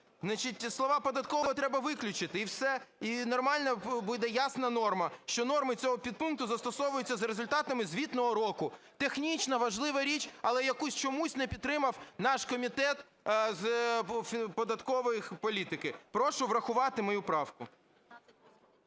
Значить, слово "податкового" треба виключити - і все. І нормальна буде, ясна норма, що норми цього підпункту застосовуються за результатами звітного року. Технічна важлива річ, але яку чомусь не підтримав наш Комітет з податкової політики. Прошу врахувати мою правку.